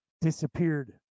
disappeared